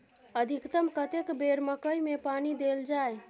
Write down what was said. अधिकतम कतेक बेर मकई मे पानी देल जाय?